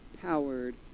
powered